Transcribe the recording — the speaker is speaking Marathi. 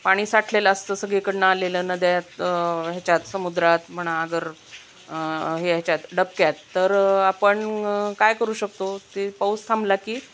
पाणी साठलेलं असतं सगळीकडनं आलेलं नद्यात ह्याच्यात समुद्रात म्हणा अगर हे ह्याच्यात डबक्यात तर आपण काय करू शकतो ते पाऊस थांबला की